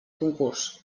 concurs